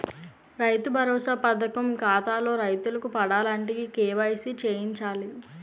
రైతు భరోసా పథకం ఖాతాల్లో రైతులకు పడాలంటే ఈ కేవైసీ చేయించాలి